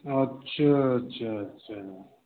अच्छा अच्छा अच्छा